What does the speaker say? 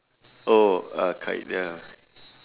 oh uh kite ya